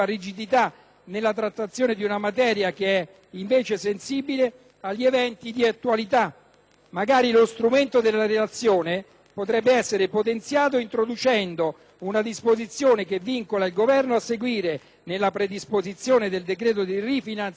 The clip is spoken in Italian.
nella trattazione di una materia che è invece sensibile agli eventi di attualità. Lo strumento della relazione potrebbe magari essere potenziato introducendo una disposizione che vincoli il Governo a seguire nella predisposizione del decreto di rifinanziamento